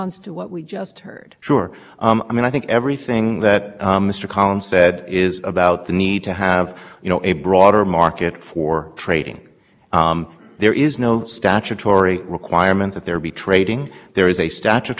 more proceedings to determine the proper missions budgets but the question is whether there is an intermediate step in which this court articulated the legal principles that need to guide that remain and there are very substantial legal disputes and i understand that and i thought that was the thrust of you